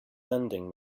lending